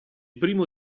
primo